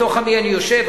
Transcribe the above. בתוך עמי אני יושב,